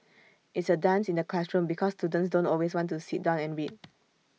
it's A dance in the classroom because students don't always want to sit down and read